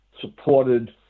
supported